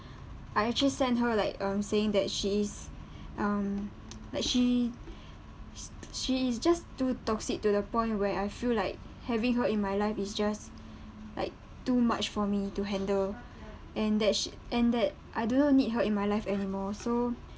I actually sent her like um saying that she is um like she sh~ she is just too toxic to the point where I feel like having her in my life is just like too much for me to handle and that sh~ and that I do not need her in my life anymore so